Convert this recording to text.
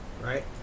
right